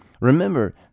Remember